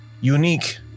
unique